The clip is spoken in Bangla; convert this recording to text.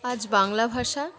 আজ বাংলা ভাষা